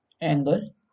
angle